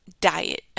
diet